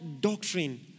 doctrine